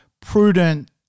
prudent